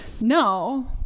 no